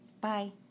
Bye